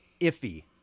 iffy